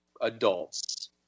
adults